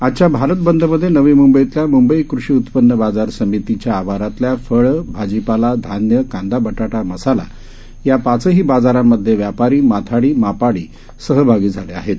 आजच्याभारतबंदमध्येनवीमुंबईतल्यामुंबईकृषीउत्पन्नबाजारसमितीच्याआवारातल्याफळ भाजीपाला धान्य कांदा बटाटा मसालायापाचहीबाजारांमधलेव्यापारी माथाडी मापाडीसहभागीझालेआहेत